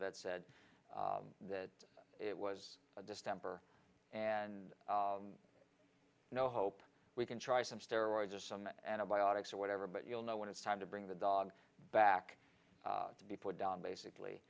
vet said that it was a distemper and no hope we can try some steroids or some antibiotics or whatever but you'll know when it's time to bring the dog back to be put down basically